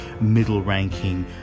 middle-ranking